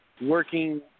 working